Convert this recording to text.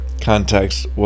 context